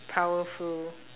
powerful